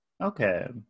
Okay